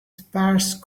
sparse